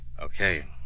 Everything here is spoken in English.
Okay